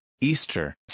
Easter